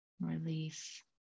Release